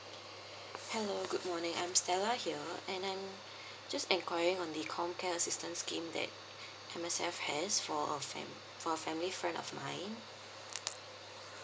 hello good morning I'm stella here and I'm just inquiring on the comcare assistance scheme that M_S_F has for a fam~ for a family friend of mine